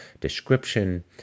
description